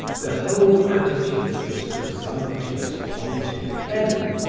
the whole attitude of this presumptuous pontiff, hello,